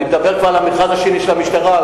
אני מדבר כבר על המכרז השני של המשטרה.